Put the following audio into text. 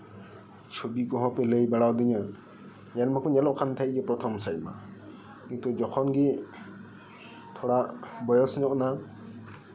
ᱪᱷᱚᱵᱤ ᱠᱚᱦᱚᱸ ᱯᱮ ᱞᱟᱹᱭ ᱵᱟᱲᱟ ᱟᱹᱫᱤᱧᱟ ᱧᱮᱞ ᱢᱟᱠᱚ ᱧᱮᱞᱚᱜ ᱠᱟᱱ ᱛᱟᱦᱮᱸᱫ ᱜᱮ ᱯᱨᱚᱛᱷᱚᱢ ᱥᱮᱫ ᱢᱟ ᱠᱤᱱᱛᱩ ᱡᱚᱠᱷᱚᱱ ᱜᱮ ᱛᱷᱚᱲᱟ ᱵᱚᱭᱮᱥ ᱧᱚᱜᱼᱮᱱᱟ